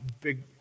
big